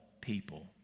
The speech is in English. people